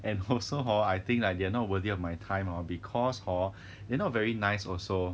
and also hor I think like they are not worthy of my time hor because hor they are not very nice also